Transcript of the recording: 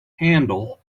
handle